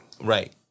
Right